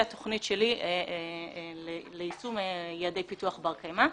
התוכנית שלי ליישום יעדי פיתוח בר קיימא.